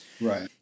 right